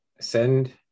send